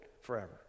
forever